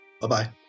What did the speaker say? bye-bye